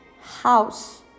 house